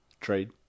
Trade